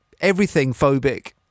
everything-phobic